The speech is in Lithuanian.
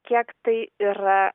kiek tai yra